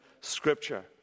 scripture